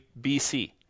BC